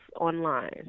online